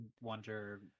Wonder